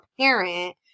parent